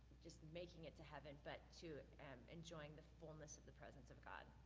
just making it to heaven, but to enjoying the fullness of the presence of god.